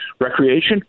recreation